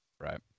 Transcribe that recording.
Right